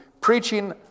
preaching